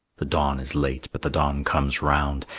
the dawn is late, but the dawn comes round,